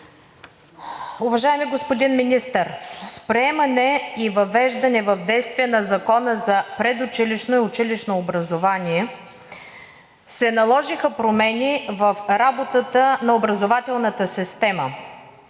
Уважаеми господин Министър, с приемане и въвеждане в действие на Закона за предучилищното и училищното образование се наложиха промени в работата на образователната система,